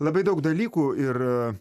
labai daug dalykų ir